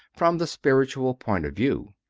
from the spiritual point of view.